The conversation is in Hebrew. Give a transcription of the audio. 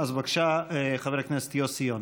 בבקשה, חבר הכנסת יוסי יונה.